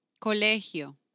colegio